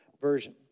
version